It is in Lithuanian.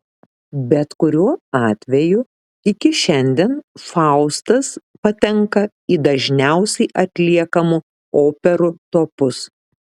bet kuriuo atveju iki šiandien faustas patenka į dažniausiai atliekamų operų topus